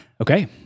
Okay